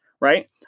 right